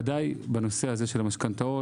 בוודאי בנושא הזה של המשכנתאות.